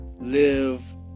live